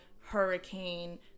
hurricane